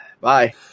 Bye